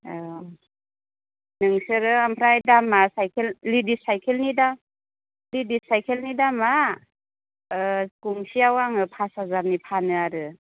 औ नोंसोरो ओमफ्राय दामा सायखेल लेडिस सायखेलनि दामा लेडिस सायखेलनि दामा गंसेयाव आङो फास हाजारनि फानो आरो